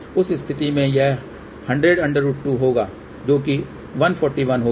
उस स्थिति में यह 100√2 होगा जो 141 होगा